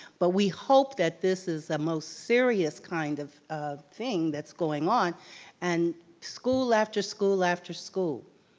but we hope that this is a most serious kind of thing that's going on and school after school after school,